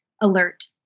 alert